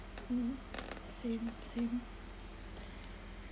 mm same same